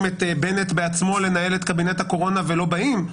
את בנט בעצמו לנהל את קבינט הקורונה ולא באים,